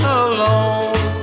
alone